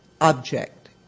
object